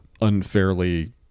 unfairly